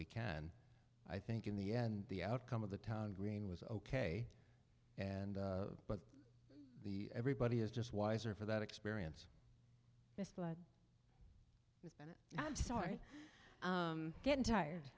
we can i think in the end the outcome of the town green was ok and but the everybody is just wiser for that experience and i'm sorry getting tired